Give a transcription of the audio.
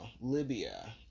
Libya